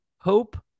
hope